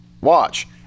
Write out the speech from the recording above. watch